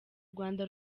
rwanda